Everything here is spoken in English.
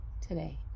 today